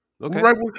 Okay